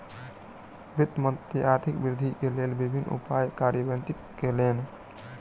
वित्त मंत्री आर्थिक वृद्धि के लेल विभिन्न उपाय कार्यान्वित कयलैन